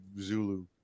Zulu